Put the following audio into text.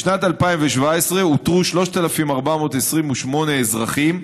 בשנת 2017 אותרו 3,428 אזרחים,